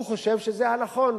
הוא חושב שזה הנכון,